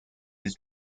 his